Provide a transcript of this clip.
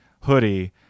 hoodie